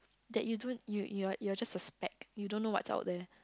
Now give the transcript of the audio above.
that you don't you you are you are just a speck you don't know what's out there